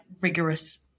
rigorous